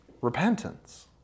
repentance